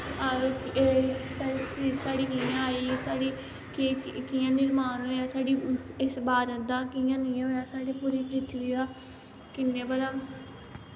एह् साढ़ी हिस्टरी कियां आई साढ़ी कियां मिर्माण होआ साढ़ी इस भारत दा कियां कियां होआ साढ़ी पूरी पृथ्वी दा कियां भला